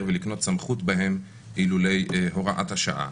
ולקנות סמכות בהם אילולא הוראת השעה.